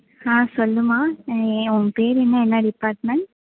ஆ சொல்லுமா நீ உன் பேர் என்ன என்ன டிப்பார்ட்மெண்ட்